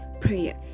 prayer